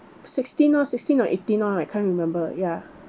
sixteen lor sixteen or eighteen lor I can't remember ya